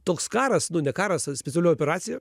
toks karas nu ne karas ta specialioji operacija